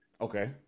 Okay